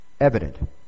evident